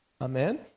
Amen